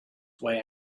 way